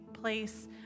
place